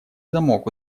замок